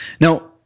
Now